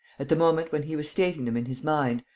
at the moment when he was stating them in his mind,